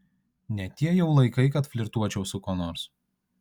ne tie jau laikai kad flirtuočiau su kuo nors